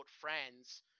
friends